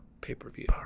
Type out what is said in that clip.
pay-per-view